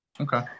Okay